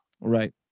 right